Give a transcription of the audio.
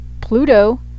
Pluto